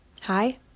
Hi